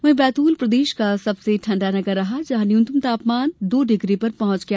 वहीं बैतूल प्रदेश का सबसे ठंडा नगर रहा जहां न्यूनतम तापमान दो डिग्री पर पहुंच गया